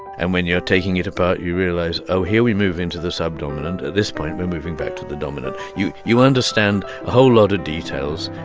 and when you're taking it apart, you realize oh, here we move into the subdominant. at this point, we're moving back to the dominant. you you understand a whole lot of details,